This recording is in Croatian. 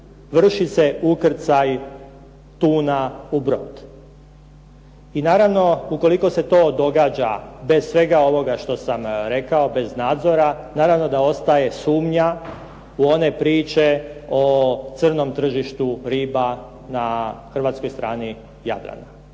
Vrši se ukrcaj tuna u brod. I naravno ukoliko se to događa bez svega ovoga što sam rekao, bez nadzora, naravno da ostaje sumnja u one priče o crnom tržištu riba na hrvatskoj strani Jadrana.